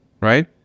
right